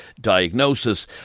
diagnosis